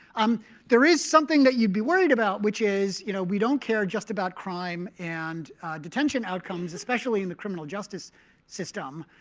um there is something that you'd be worried about, which is you know we don't care just about crime and detention outcomes, especially in the criminal justice system.